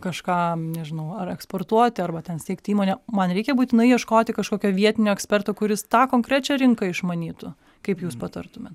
kažką nežinau ar eksportuoti arba ten steigti įmonę man reikia būtinai ieškoti kažkokio vietinio eksperto kuris tą konkrečią rinką išmanytų kaip jūs patartumėt